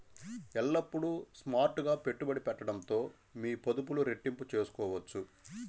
ఎల్లప్పుడూ స్మార్ట్ గా పెట్టుబడి పెట్టడంతో మీ పొదుపులు రెట్టింపు చేసుకోవచ్చు